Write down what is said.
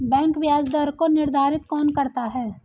Bank ब्याज दर को निर्धारित कौन करता है?